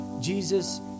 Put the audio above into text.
Jesus